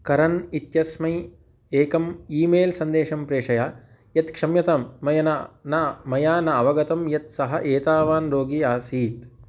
करन् इत्यस्मै एकम् ई मेल् सन्देशं प्रेषय यत् क्षम्यतां मया न न मया न अवगतं यत् सः एतावान् रोगी आसीत्